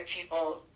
people